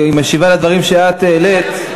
היא משיבה לדברים שאת העלית,